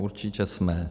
Určitě jsme.